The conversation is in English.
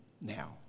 now